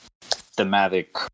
thematic